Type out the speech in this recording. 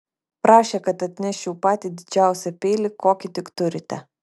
prašė kad atneščiau patį didžiausią peilį kokį tik turite